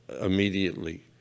immediately